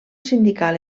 sindical